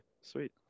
sweet